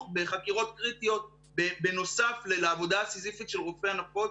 בחקירות קריטיות בנוסף לעבודה הסיזיפית של רופאי הנפות.